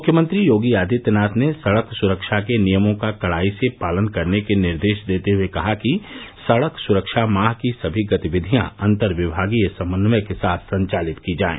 मुख्यमंत्री योगी आदित्यनाथ ने सड़क सुरक्षा के नियमों का कड़ाई से पालन करने के निर्देश देते हुए कहा कि सड़क सुरक्षा माह की सभी गतिविधियां अंतर्विमागीय समन्वय के साथ संचालित की जायें